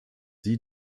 sie